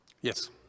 Yes